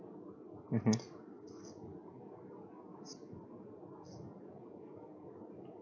mmhmm